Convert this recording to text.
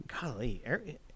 Golly